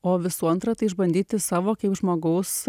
o visų antra tai išbandyti savo kaip žmogaus